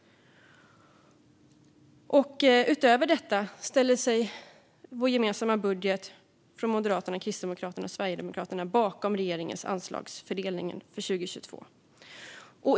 Utöver detta ställer sig den gemensamma budgeten från Moderaterna, Kristdemokraterna och Sverigedemokraterna bakom regeringens anslagsfördelning för 2022.